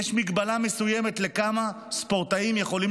יש הגבלה מסוימת על כמה ספורטאים יכולים